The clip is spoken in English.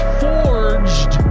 forged